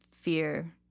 fear